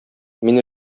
мин